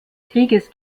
kriegs